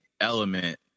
Element